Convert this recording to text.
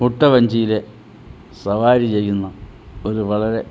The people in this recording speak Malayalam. കുട്ടവഞ്ചിയിൽ സവാരിചെയ്യുന്ന ഒരു വളരെ